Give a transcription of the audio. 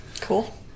Cool